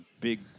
big